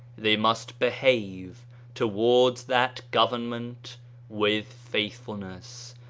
they must behave towards that government with faithfulness,